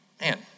Man